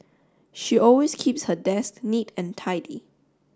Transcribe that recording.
she always keeps her desk neat and tidy